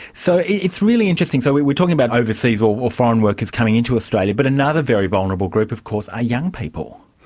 so it's really interesting so we're we're talking about overseas or foreign workers coming into australia, but another very vulnerable group of course are young people.